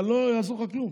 לא יעזור לך כלום.